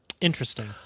Interesting